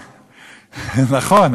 נכון,